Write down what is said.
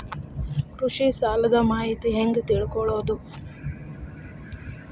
ಕೃಷಿ ಸಾಲದ ಮಾಹಿತಿ ಹೆಂಗ್ ತಿಳ್ಕೊಳ್ಳೋದು?